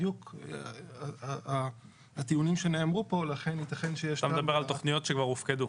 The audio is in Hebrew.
בדיוק הטיעונים שנאמרו פה --- אתה מדבר על תכניות שכבר הופקדו.